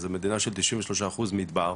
מדינה של 93 אחוזים מדבר.